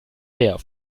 mehr